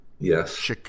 Yes